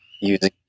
using